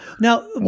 now